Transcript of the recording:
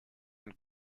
und